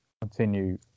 continue